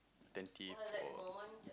just give for